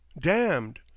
damned